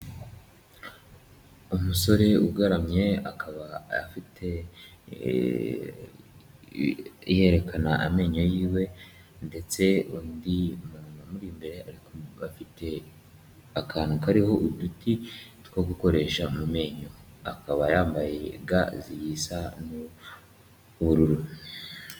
Umusore ugaramye akaba yerekana amenyo yiwe ndetse undi muntu umuri imbere ariko afite akantu kariho uduti twogukoresha mu menyo akaba yambaye gamu zisa ubururu.